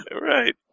Right